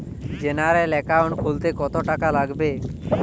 General account খুলতে কত টাকা লাগবে?